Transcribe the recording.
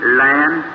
land